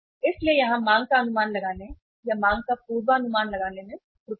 इसलिए यहां मांग का अनुमान लगाने या मांग का पूर्वानुमान लगाने में त्रुटि है